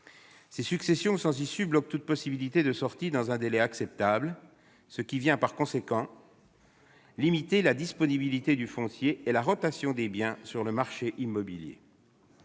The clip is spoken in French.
Ces successions sans issue bloquent toute possibilité de sortie dans un délai acceptable, limitant encore la disponibilité du foncier et la rotation des biens sur le marché immobilier.